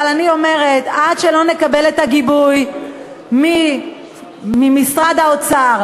אבל אני אומרת: עד שלא נקבל את הגיבוי ממשרד האוצר,